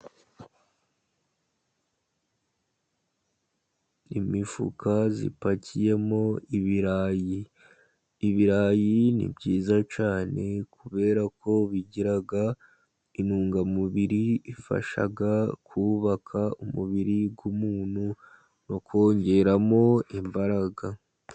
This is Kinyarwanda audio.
Imifuka ipakiyemo ibirayi. Ibirayi ni byiza cyane kubera ko bigira intungamubiri ifasha kubaka umubiri w'umuntu no kongeramo imbaraga.